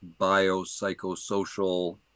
biopsychosocial